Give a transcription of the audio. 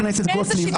חברת הכנסת גוטליב,